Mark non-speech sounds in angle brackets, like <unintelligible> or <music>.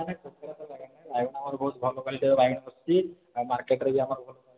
<unintelligible> ବାଇଗଣ ଆମର ବହୁତ ଭଲ କ୍ୱାଲିଟିର ବାଇଗଣ <unintelligible> ଅଛି ଆଉ ମାର୍କେଟ୍ରେ ବି ଆମର <unintelligible>